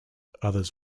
others